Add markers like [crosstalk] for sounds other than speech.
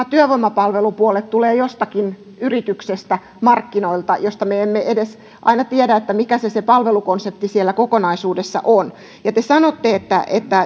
[unintelligible] työvoimapalvelupuolet tulevat jostakin yrityksestä markkinoilta josta me emme edes aina tiedä mikä se se palvelukonsepti siellä kokonaisuudessa on ja te sanotte että että